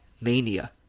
Mania